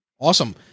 Awesome